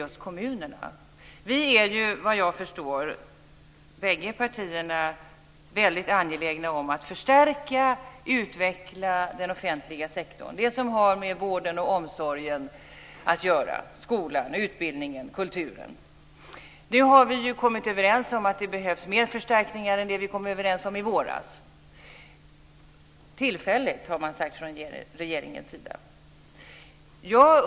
Båda våra partier är, vad jag förstår, väldigt angelägna om att förstärka och utveckla den offentliga sektorn - vården, omsorgen, skolan, utbildningen och kulturen. Vi har kommit överens om att det behövs mer förstärkningar än vi kom överens om i våras. Det var tillfälligt, har man sagt från regeringens sida.